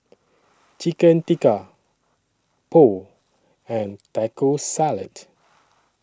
Chicken Tikka Pho and Taco Salad